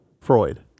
freud